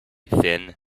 thin